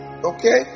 okay